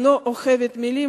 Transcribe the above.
אני לא אוהבת מלים.